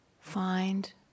find